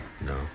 No